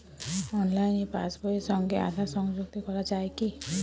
অনলাইনে পাশ বইয়ের সঙ্গে আধার সংযুক্তি করা যায় কি?